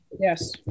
Yes